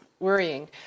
worrying